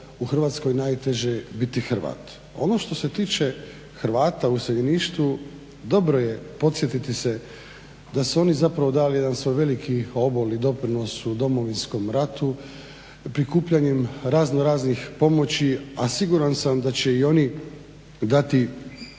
Hrvatskoj najteže biti Hrvat. Ono što se tiče Hrvata u iseljeništvu dobro je podsjetiti se da su oni zapravo dali jedan svoj veliki obol i doprinos u Domovinskom ratu prikupljanjem raznoraznih pomoći, a siguran sam da će i oni dati